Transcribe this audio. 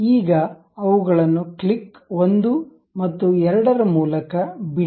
ಈಗ ಅವುಗಳನ್ನು ಕ್ಲಿಕ್ 1 ಮತ್ತು 2 ರ ಮೂಲಕ ಬಿಡಿ